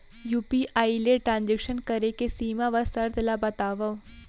UPI ले transaction करे के सीमा व शर्त ला बतावव?